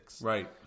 Right